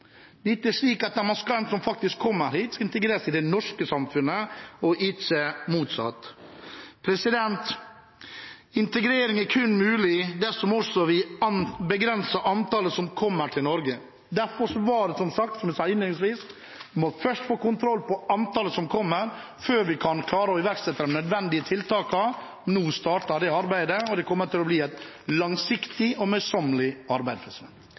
som kommer hit, skal faktisk integreres i det norske samfunnet – ikke motsatt. Integrering er kun mulig dersom vi begrenser antallet som kommer til Norge. Derfor må vi først – som jeg sa innledningsvis – få kontroll på antallet som kommer, før vi kan klare å iverksette de nødvendige tiltakene. Nå starter det arbeidet, og det kommer til å bli et langsiktig og møysommelig arbeid.